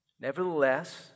Nevertheless